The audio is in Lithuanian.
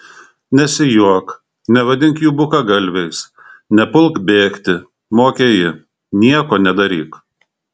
nesijuok nevadink jų bukagalviais nepulk bėgti mokė ji nieko nedaryk